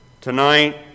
Tonight